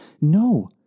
No